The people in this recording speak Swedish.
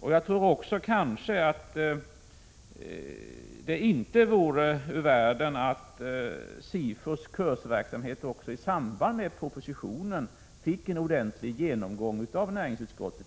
Och det vore kanske inte ur världen att SIFU:s kursverksamhet fick en ordentlig genomgång av näringsutskottet i samband med behandlingen av interpellationen.